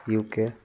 UK